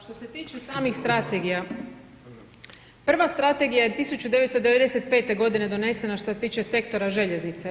Što se tiče samih strategija, prva strategija je 1995. g. donesena što se tiče sektora željeznica.